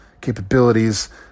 capabilities